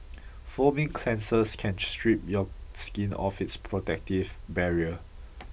foaming cleansers can strip your skin of its protective barrier